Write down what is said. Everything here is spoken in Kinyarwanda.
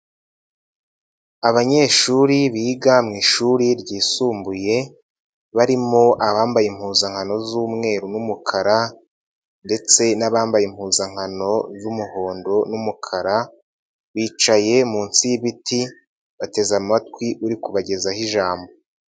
Abanyeshuri biga mu ishuri ryisumbuye barimo abambaye impuzankano z'umweru n'umukara ndetse n'abambaye impuzankano z'umuhondo n'umukara bicaye munsi y'ibiti bateze amatwi uri kubagezaho ijambo.